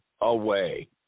away